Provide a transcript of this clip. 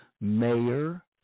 mayor